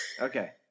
Okay